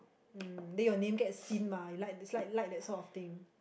um then your name get seen mah you like dislike like that sort of thing